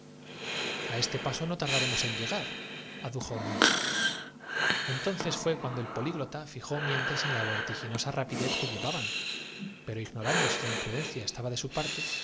este paso no tardaremos en llegaradujo luís entonces fué cuando el políglota fijó mientes en la vertiginosa rapidez que llevaban pero ignorando si la imprudencia estaba de su parte